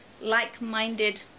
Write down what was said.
like-minded